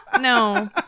No